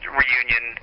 reunion